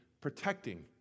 protecting